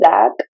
Zach